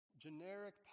Generic